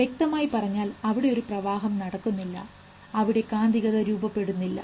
വ്യക്തമായി പറഞ്ഞാൽ അവിടെ ഒരു പ്രവാഹം നടക്കുന്നില്ല അവിടെ കാന്തികത രൂപപ്പെടുന്ന ഇല്ല